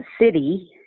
City